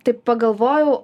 taip pagalvojau